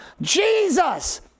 Jesus